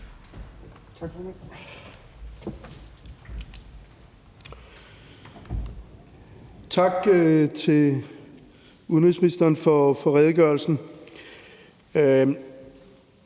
Tak til udenrigsministeren for redegørelsen.